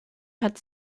had